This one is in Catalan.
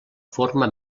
forma